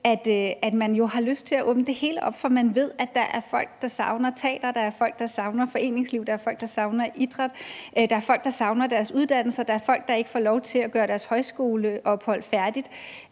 at man jo har lyst til at åbne det hele op, fordi man ved, at der er folk, der savner teater; at der er folk, der savner foreningsliv; at der er folk, der savner idræt; at der er folk, der savner deres uddannelse; og at der er folk, der ikke får lov til at gøre deres højskoleophold færdigt.